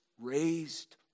raised